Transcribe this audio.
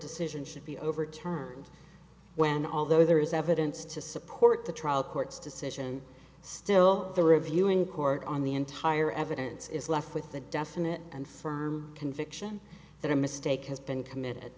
decision should be overturned when although there is evidence to support the trial court's decision still the reviewing court on the entire evidence is left with the definite and firm conviction that a mistake has been committed